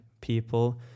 people